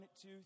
two